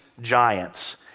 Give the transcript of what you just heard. giants